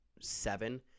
seven